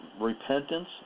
repentance